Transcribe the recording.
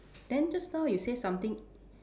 then just now you say something